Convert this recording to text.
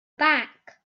back